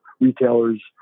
retailers